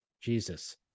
Jesus